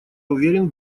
уверен